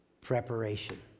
Preparation